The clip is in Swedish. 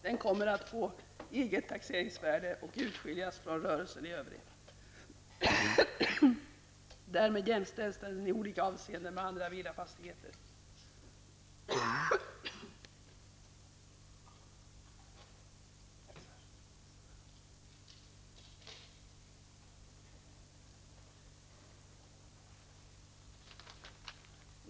Den kommer att få eget taxeringsvärde och utskiljas från rörelsen i övrigt. Därmed jämställs den i olika avseenden med andra villafastigheter.